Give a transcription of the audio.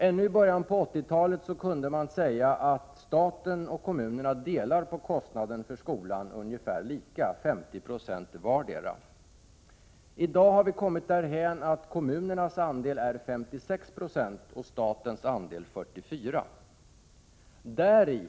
Ännu i början av 1980-talet kunde man se att staten och kommunerna delade ungefär lika på kostnaden för skolan — 50 96 vardera. I dag har vi kommit därhän att kommunernas andel är 56 96 och statens andel 44 96.